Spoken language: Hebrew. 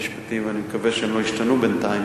למשפטים ואני מקווה שהם לא השתנו בינתיים,